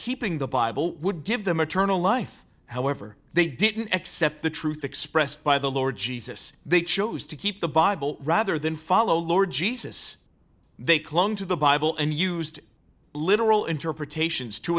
keeping the bible would give them a turn a life however they didn't accept the truth expressed by the lord jesus they chose to keep the bible rather than follow lord jesus they clung to the bible and used literal interpretations to